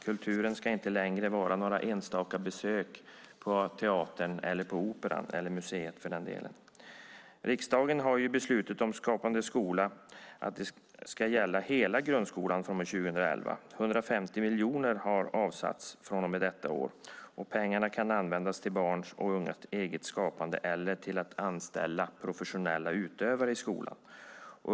Kulturen ska inte längre vara några enstaka besök på teatern, operan eller museet. Riksdagen har beslutat att Skapande skola ska gälla hela grundskolan från och med 2011. Från och med detta år har 150 miljoner avsatts. Pengarna kan användas till barns och ungas eget skapande eller till att anställa professionella utövare i skolan.